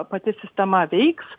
pati sistema veiks